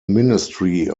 ministry